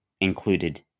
included